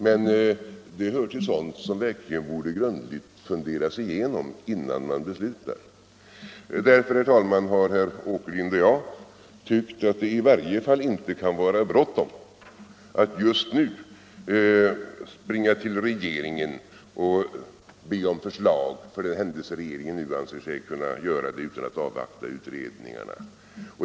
Men det är sådant som verkligen borde grundligt funderas igenom innan man går till beslut. Därför har herr Åkerlind och jag tyckt att det i varje fall inte kan vara bråttom med att just nu springa till regeringen och be om förslag, för den händelse regeringen nu anser sig kunna lägga fram sådant förslag utan att avvakta utredningarna.